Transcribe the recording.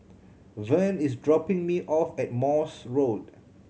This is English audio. Vern is dropping me off at Morse Road